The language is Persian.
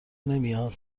نمیاد